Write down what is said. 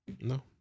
No